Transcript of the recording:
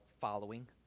following